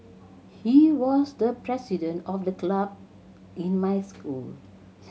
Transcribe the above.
he was the president of the club in my school